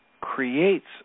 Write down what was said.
Creates